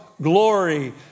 glory